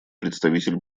представитель